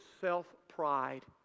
self-pride